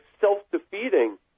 self-defeating